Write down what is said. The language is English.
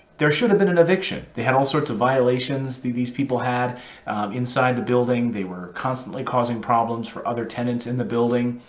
there should have been an eviction. they had all sorts of violations these people had inside the building. they were constantly causing problems for other tenants in the building,